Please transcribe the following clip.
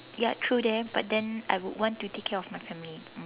ya true that but then I would want to take care of my family mm